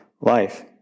life